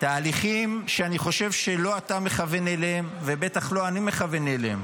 תהליכים שאני חושב שלא אתה מכוון אליהם ובטח לא אני מכוון אליהם,